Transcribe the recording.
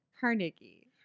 Carnegie